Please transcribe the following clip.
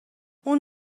اون